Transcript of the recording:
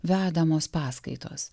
vedamos paskaitos